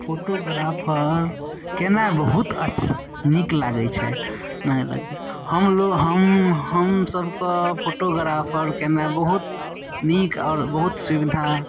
photographer केनाइ बहुत अच्छ नीक लागै छै हमलोग हम हमसबके फोटोग्राफर केनाए बहुत नीक आओर बहुत सुविधा